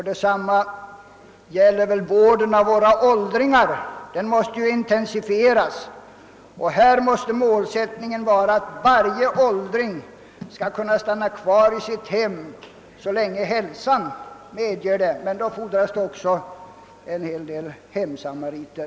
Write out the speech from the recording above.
Detsamma gäller vården av våra åldringar vilken måste intensifieras. Härvidlag måste målsättningen vara den att varje åldring skall kunna stanna kvar i sitt hem så länge hälsan medger, men då fordras också en hel del hemsamariter.